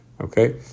Okay